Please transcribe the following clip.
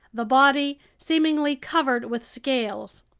the body seemingly covered with scales.